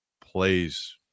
plays